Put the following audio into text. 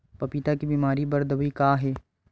पपीता के बीमारी बर दवाई का हे?